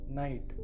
night